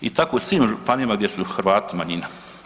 I tako u svim županijama gdje su Hrvati manjina.